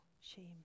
shame